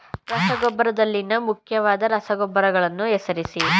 ರಸಗೊಬ್ಬರದಲ್ಲಿನ ಮುಖ್ಯವಾದ ರಸಗೊಬ್ಬರಗಳನ್ನು ಹೆಸರಿಸಿ?